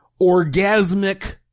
orgasmic